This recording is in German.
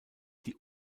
die